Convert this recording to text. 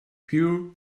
pure